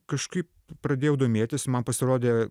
kažkaip pradėjau domėtis man pasirodė